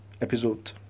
episode